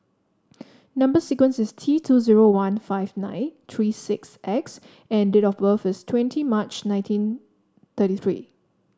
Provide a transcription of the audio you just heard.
number sequence is T two zero one five nine three six X and date of birth is twenty March nineteen thirty three